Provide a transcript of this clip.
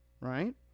right